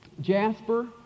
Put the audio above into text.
Jasper